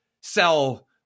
sell